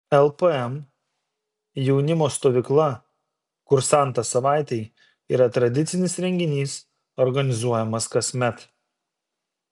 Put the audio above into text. lpm jaunimo stovykla kursantas savaitei yra tradicinis renginys organizuojamas kasmet